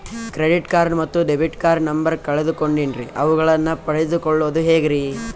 Credit card ಮತ್ತು debit card number ಕಳೆದುಕೊಂಡಿನ್ರಿ ಅವುಗಳನ್ನ ಪಡೆದು ಕೊಳ್ಳೋದು ಹೇಗ್ರಿ?